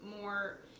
more